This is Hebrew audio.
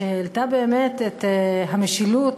שהעלתה באמת את עניין המשילות,